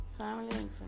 family